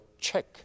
check